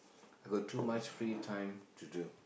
I got too much free time to do